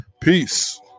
Peace